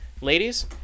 Ladies